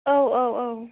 औ औ औ